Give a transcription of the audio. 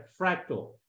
fractal